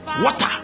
Water